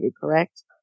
correct